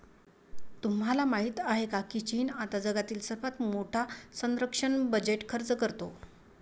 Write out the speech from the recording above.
तुम्हाला माहिती आहे का की चीन आता जगातील सर्वात मोठा संरक्षण बजेट खर्च करतो?